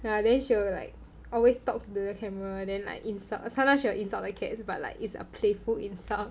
ya then she will like always talk to the camera then like insult sometimes she will insult the cats but it's a playful insult